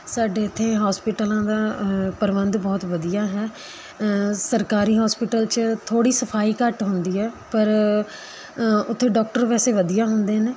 ਸਾਡੇ ਇੱਥੇ ਹੋਸਪਿਟਲਾਂ ਦਾ ਪ੍ਰਬੰਧ ਬਹੁਤ ਵਧੀਆ ਹੈ ਸਰਕਾਰੀ ਹੋਸਪਿਟਲ 'ਚ ਥੋੜ੍ਹੀ ਸਫਾਈ ਘੱਟ ਹੁੰਦੀ ਹੈ ਪਰ ਉੱਥੇ ਡਾਕਟਰ ਵੈਸੇ ਵਧੀਆ ਹੁੰਦੇ ਨੇ